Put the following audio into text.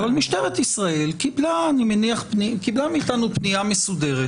אבל משטרת ישראל קיבלה מאיתנו פנייה מסודרת